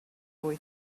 boy